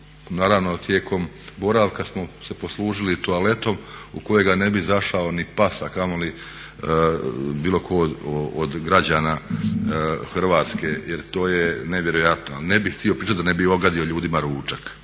Naravno tijekom boravka smo se poslužili toaletom u kojega ne bi zašao ni pas, a kamoli bilo tko od građana Hrvatske jer to je nevjerojatno. Ne bih htio pričati, da ne bih ogadio ljudima ručak.